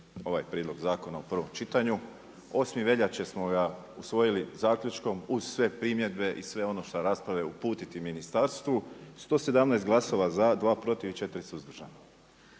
ovaj prijedlog zakona u prvom čitanju, 8. veljače smo ga usvojili zaključkom uz sve primjedbe i sve ono šta rasprave, uputiti ministarstvu. 117 glasova za, 2 protiv i 4 suzdržana.